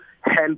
help